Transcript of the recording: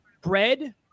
bread